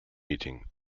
meeting